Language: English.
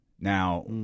Now